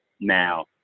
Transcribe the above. Now